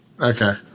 Okay